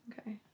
Okay